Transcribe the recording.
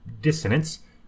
Dissonance